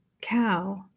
cow